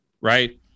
right